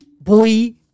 boy